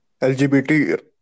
LGBT